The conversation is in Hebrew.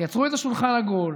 תייצרו איזה שולחן עגול,